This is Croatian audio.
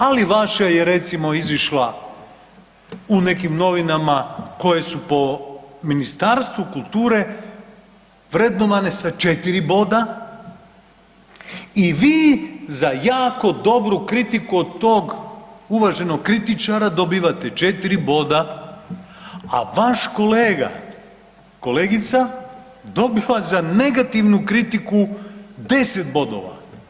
Ali vaša je recimo izišla u nekim novinama koje su po Ministarstvu kulture vrednovane sa 4 boda i vi za jako dobru kritiku od tog uvaženog kritičara dobivate 4 boda a vaš kolega, kolegica, dobiva za negativnu kritiku 10 bodova.